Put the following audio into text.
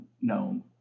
known